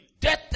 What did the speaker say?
Death